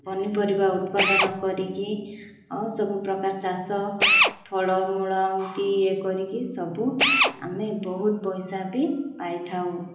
ପନିପରିବା ଉତ୍ପାଦନ କରିକି ଆଉ ସବୁ ପ୍ରକାର ଚାଷ ଫଳମୂଳ ଏମିତି ଇଏ କରିକି ସବୁ ଆମେ ବହୁତ ପଇସା ବି ପାଇଥାଉ